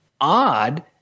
odd